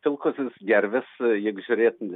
pilkosios gervės jeigu žiūrėt